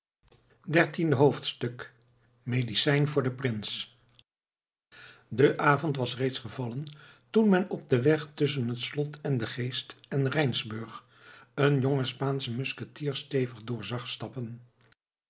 dertiende hoofdstuk medicijn voor den prins de avond was reeds lang gevallen toen men op den weg tusschen het slot endegeest en rijnsburg een jonge spaansche musketier stevig door zag stappen